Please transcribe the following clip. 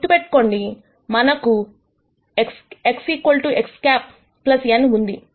గుర్తుపెట్టుకోండి మనకు కు X X̂ n ఉంది